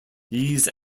these